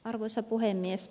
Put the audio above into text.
arvoisa puhemies